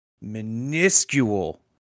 minuscule